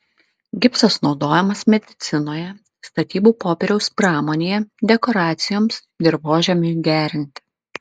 gipsas naudojamas medicinoje statybų popieriaus pramonėje dekoracijoms dirvožemiui gerinti